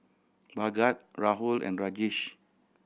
Bhagat Rahul and Rajesh